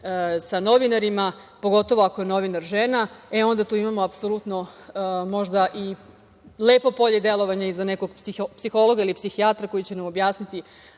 sa novinarima, pogotovo ako je novinar žena. Onda tu imamo apsolutno možda i lepo polje delovanja i za nekog psihologa ili psihijatra koji će nam objasniti